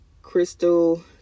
crystal